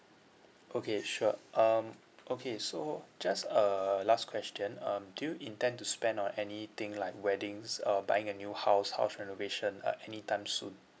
okay sure um okay so just a last question um do you intend to spend on anything like weddings uh buying a new house house renovation uh any time soon